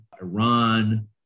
Iran